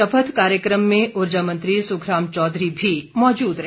शपथ कार्यक्रम में ऊर्जा मंत्री सुखराम चौधरी भी मौजूद रहे